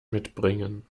mitbringen